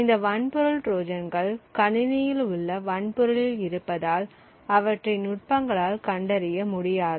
இந்த வன்பொருள் ட்ரோஜான்கள் கணிணியில் உள்ள வன்பொருளில் இருப்பதால் அவற்றை நுட்பங்களால் கண்டறிய முடியாது